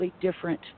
different